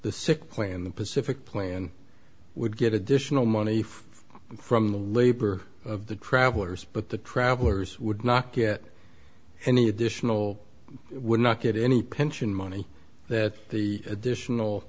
the sick play in the pacific play and would get additional money from the labor of the travelers but the travelers would not get any additional would not get any pension money that the additional